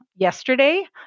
yesterday